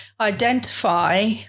identify